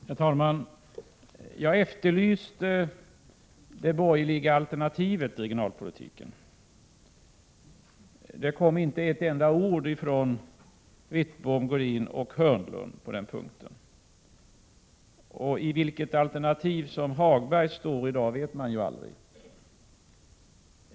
Herr talman! Jag efterlyste det borgerliga alternativet i regionalpolitiken. Men det kom inte ett enda ord från Wittbom, Godin och Hörnlund på den punkten. Och vilket alternativ som Hagberg står för vet man ju aldrig.